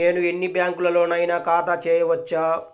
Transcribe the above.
నేను ఎన్ని బ్యాంకులలోనైనా ఖాతా చేయవచ్చా?